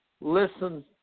listen